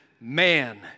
man